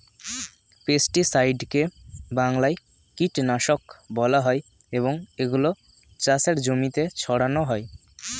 পেস্টিসাইডকে বাংলায় কীটনাশক বলা হয় এবং এগুলো চাষের জমিতে ছড়ানো হয়